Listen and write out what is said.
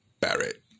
Barrett